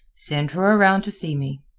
send her around to see me.